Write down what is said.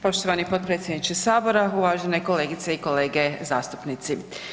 Poštovani potpredsjedniče Sabora, uvažene kolegice i kolege zastupnici.